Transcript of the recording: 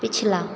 पिछला